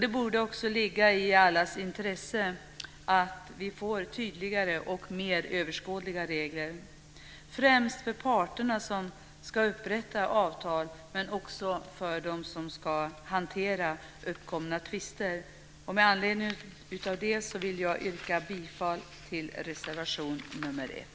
Det borde också ligga i allas intresse att vi får tydligare och mer överskådliga regler - främst för parterna som ska upprätta avtal men också för dem som ska hantera uppkomna tvister. Med anledning av det vill jag yrka bifall till reservation nr 1.